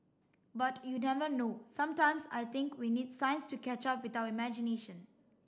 but you never know sometimes I think we need science to catch up with our imagination